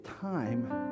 time